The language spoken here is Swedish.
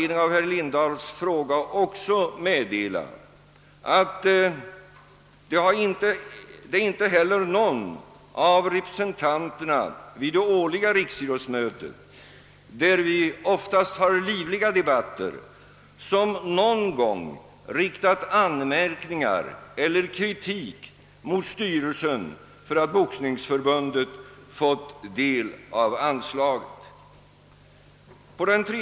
Inte heller vid de årliga riksidrottsmötena, där vi oftast har livliga debatter, har någon riktat anmärkning eller kritik mot styrelsen för att Boxningsförbundet fått del av anslaget.